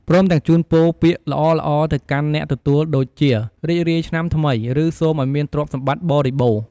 ព្រមទាំងជូនពរពាក្យល្អៗទៅកាន់អ្នកទទួលដូចជា រីករាយឆ្នាំថ្មីឬ សូមឱ្យមានទ្រព្យសម្បត្តិបរិបូរណ៍។